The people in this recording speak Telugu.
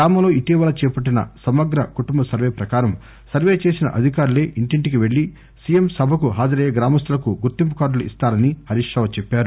గ్రామంలో ఇటీవల చేపట్టిన సమగ్ర కుటుంబ సర్వే ప్రకారం సర్వే చేసిన అధికారులే ఇంటింటికీ వెళ్ళి సిఎం సభకు హాజరయ్యే గ్రామస్తులకు గుర్తింపు కార్డులు ఇస్తారని హరీష్ రావు చెప్పారు